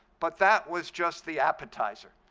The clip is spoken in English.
but that was just the appetizer.